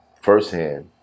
firsthand